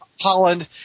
Holland